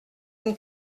une